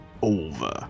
Over